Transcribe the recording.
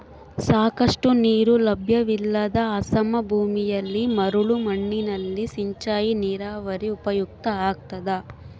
ಸಾಕಷ್ಟು ನೀರು ಲಭ್ಯವಿಲ್ಲದ ಅಸಮ ಭೂಮಿಯಲ್ಲಿ ಮರಳು ಮಣ್ಣಿನಲ್ಲಿ ಸಿಂಚಾಯಿ ನೀರಾವರಿ ಉಪಯುಕ್ತ ಆಗ್ತದ